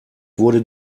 wurde